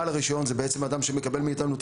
בעל הרישיון זה בעצם אדם שמקבל מאיתנו את